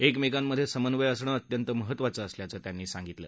एकमेकांमध्ये समन्वय असणं अत्यंत महत्वाचं असल्याचं त्यांनी सांगितलं